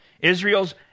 Israel's